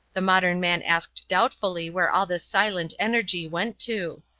the modern man asked doubtfully where all this silent energy went to.